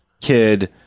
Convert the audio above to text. kid